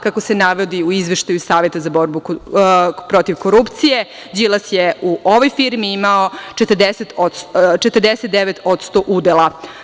Kako se navodi u Izveštaju Saveta za borbu protiv korupcije, Đilas je u ovoj firmi imao 49% udela.